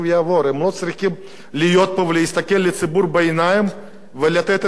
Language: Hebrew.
הם לא צריכים להיות פה ולהסתכל לציבור בעיניים ולתת את התשובות.